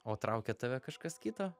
o traukia tave kažkas kito